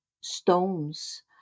stones